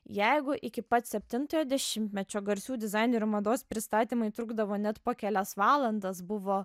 jeigu iki pat septintojo dešimtmečio garsių dizainerių mados pristatymai trukdavo net po kelias valandas buvo